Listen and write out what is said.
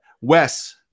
Wes